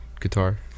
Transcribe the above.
guitar